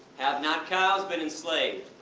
have not cows been enslaved?